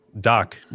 doc